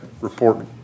report